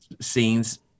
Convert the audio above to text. scenes